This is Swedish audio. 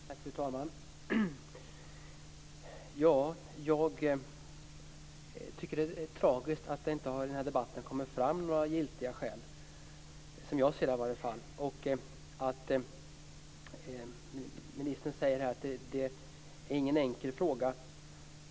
Fru talman! Jag tycker att det är tragiskt att det i denna debatt inte har kommit fram några giltiga skäl, i varje fall inte som jag kan se. Ministern säger att det inte är någon enkel fråga.